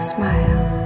Smile